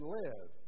live